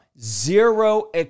zero